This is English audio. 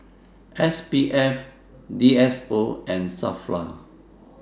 S P F D S O and SAFRA